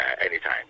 anytime